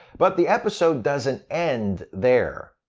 but the episode doesn't end there.